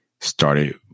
started